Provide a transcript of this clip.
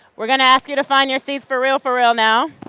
we are going to ask you to find your seats for real, for real now.